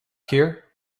here